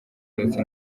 ndetse